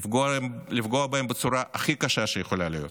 לפגוע בהם בצורה הכי קשה שיכולה להיות.